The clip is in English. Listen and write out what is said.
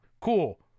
Cool